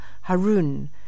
Harun